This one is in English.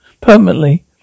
Permanently